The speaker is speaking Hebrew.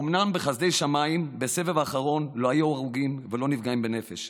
אומנם בחסדי שמיים בסבב האחרון לא היו הרוגים ולא נפגעים בנפש,